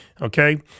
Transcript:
Okay